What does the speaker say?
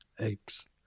apes